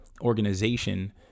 organization